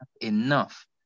enough